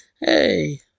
hey